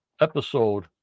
episode